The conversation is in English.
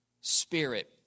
spirit